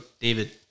David